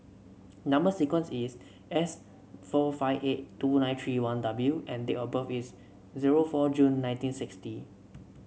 number sequence is S four five eight two nine three one W and date of birth is zero four June nineteen sixty